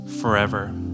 forever